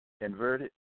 inverted